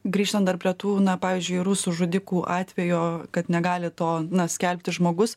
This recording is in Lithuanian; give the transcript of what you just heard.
grįžtant dar prie tų na pavyzdžiui rusų žudikų atvejo kad negali to skelbti žmogus